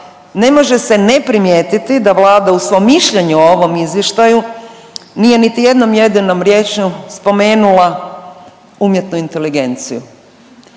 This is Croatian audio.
ne može se ne primijetiti da Vlada u svom mišljenju u ovom izvještaju nije niti jednom jedinom riječju spomenula umjetnu inteligenciju.